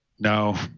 No